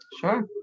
Sure